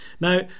Now